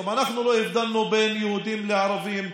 גם אנחנו לא הבדלנו בין יהודים לערבים,